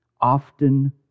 often